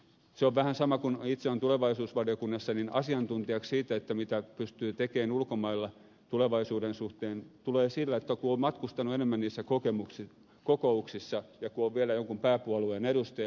se on vähän sama kuin se että kun itse olen tulevaisuusvaliokunnassa niin asiantuntijaksi siinä mitä pystyy tekemään ulkomailla tulevaisuuden suhteen tulee sillä että on matkustanut enemmän niissä kokouksissa ja on vielä jonkun pääpuolueen edustaja